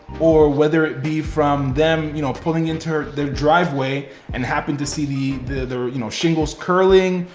or whether it be from them you know pulling into their driveway and happen to see the the you know shingles curling,